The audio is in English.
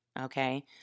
okay